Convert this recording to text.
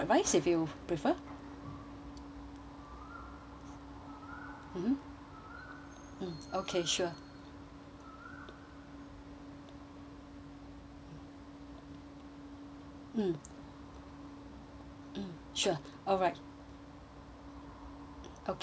prefer mmhmm mm okay sure mm mm sure alright okay alright